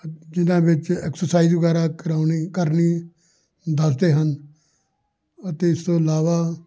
ਜਿਹਨਾਂ ਵਿੱਚ ਐਕਸਸਾਈਜ਼ ਵਗੈਰਾ ਕਰਵਾਉਣੀ ਕਰਨੀ ਦੱਸਦੇ ਹਨ ਅਤੇ ਇਸ ਤੋਂ ਇਲਾਵਾ